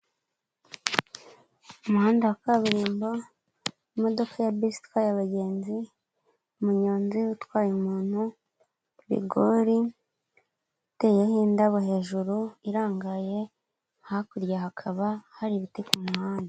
Umuhanda wa kaburimbo, imodoka ya bisi itwaye abagenzi, umunyonzi utwaye umuntu, rigori iteyeho indabo, hejuru irangaye, hakurya hakaba hari ibiti ku muhanda.